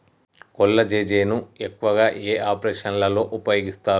కొల్లాజెజేని ను ఎక్కువగా ఏ ఆపరేషన్లలో ఉపయోగిస్తారు?